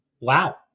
Wow